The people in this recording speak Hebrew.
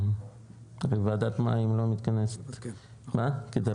ועדת מים לא מתכנסת כדרכה.